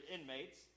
inmates